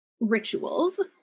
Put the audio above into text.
rituals